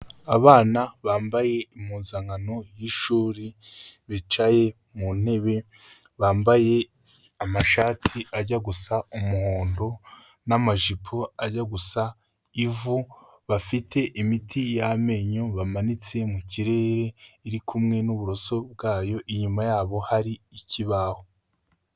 Abana bambaye impuzankano y'ishuri bicaye mu ntebe, bambaye amashati ajya gusa umuhondo n'amajipo ajya gusa ivu, bafite imiti y'amenyo bamanitse mu kirere iri kumwe n'uburoso bwayo, inyuma yabo hari ikibaho.